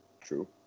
true